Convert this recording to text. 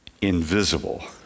invisible